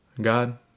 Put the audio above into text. God